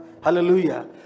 Hallelujah